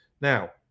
Now